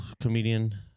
comedian